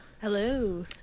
Hello